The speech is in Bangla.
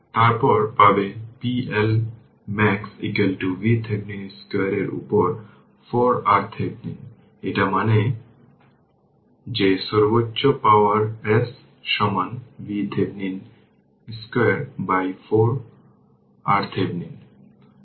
তারপর পাবে pLmax VThevenin2 এর উপর 4 RThevenin এটা মনে রাখবেন যে সর্বোচ্চ পাওয়ার S সমান VThevenin 2 বাই 4 RThevenin